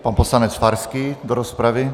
Pan poslanec Farský do rozpravy.